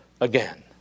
again